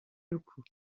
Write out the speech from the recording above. locaux